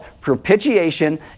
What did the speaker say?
propitiation